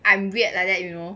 I'm weird like that you know